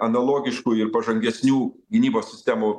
analogiškų ir pažangesnių gynybos sistemų